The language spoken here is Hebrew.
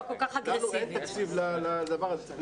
לנו אין תקציב לדבר הזה.